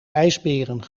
ijsberen